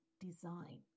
design